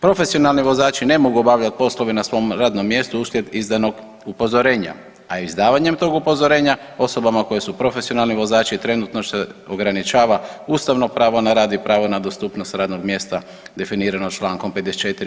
Profesionalni vozači ne mogu obavljati poslove na svom radnom mjestu uslijed izdanog upozorenja, a izdavanjem tog upozorenja osobama koje su profesionalni vozači trenutno se ograničava ustavno pravo na rad i pravo na dostupnost radnog mjesta definirano člankom 54.